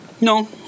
No